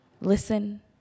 listen